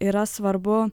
yra svarbu